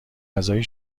غذایی